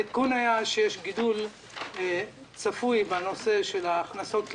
העדכון היה שיש גידול צפוי בנושא של ההכנסות,